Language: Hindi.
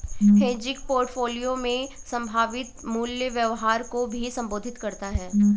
हेजिंग पोर्टफोलियो में संभावित मूल्य व्यवहार को भी संबोधित करता हैं